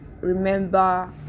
remember